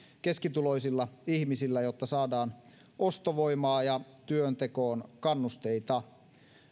keskituloisilla ihmisillä jotta saadaan ostovoimaa ja työntekoon kannusteita